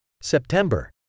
September